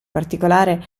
particolare